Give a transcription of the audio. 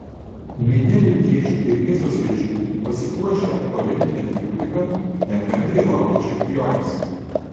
minia vilniečių ir miesto svečių pasipuošę olimpine atributika nekantriai laukė čempionės